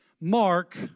mark